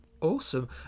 awesome